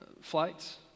flights